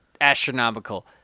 astronomical